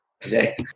today